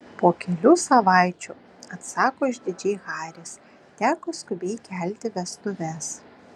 po kelių savaičių atsako išdidžiai haris teko skubiai kelti vestuves